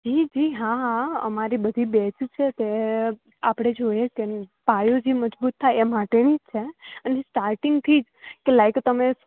જીજી હા હા અમારી બધી બેચ છે તે આપણે જોઈએ તેમ પાયોથી મજબૂત થાય એ માટેની છે અને સ્ટારટિંગથીજ કે લાઇક તમે